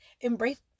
Embrace